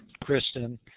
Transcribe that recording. Kristen